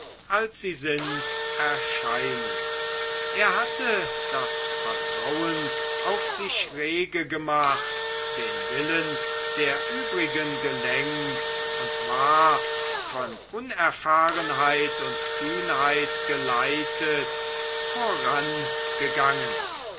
als sie sind erscheinen er hatte das vertrauen auf sich rege gemacht den willen der übrigen gelenkt und war von unerfahrenheit und kühnheit geleitet vorangegangen